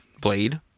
blade